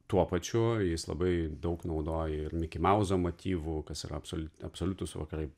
tuo pačiu jis labai daug naudoja ir mikimauzo motyvų kas yra absol absoliutūs vakarai